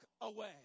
away